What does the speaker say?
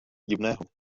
divného